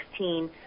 2016